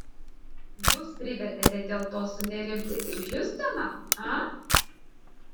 jūs privertėte dėl to sunerimti ir hjustoną a